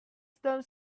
stone